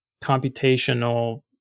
computational